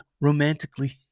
romantically –